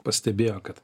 pastebėjo kad